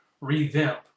revamp